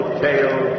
tale